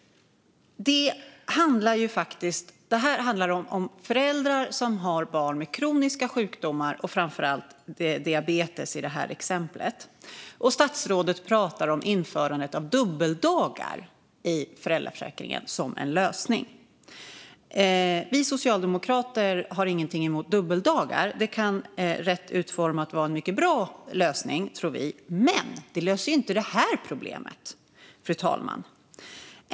Det här handlar ju om föräldrar som har barn med kroniska sjukdomar, framför allt diabetes, men statsrådet talar om införande av dubbeldagar i föräldraförsäkringen som en lösning. Vi socialdemokrater har ingenting emot dubbeldagar. Det kan rätt utformat vara en mycket bra lösning, tror vi. Men det löser inte det här problemet.